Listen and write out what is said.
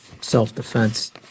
self-defense